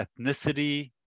ethnicity